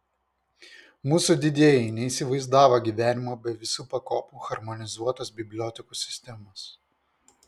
mūsų didieji neįsivaizdavo gyvenimo be visų pakopų harmonizuotos bibliotekų sistemos